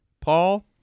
Paul